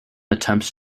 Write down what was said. attempts